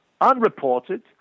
unreported